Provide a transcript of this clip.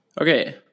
Okay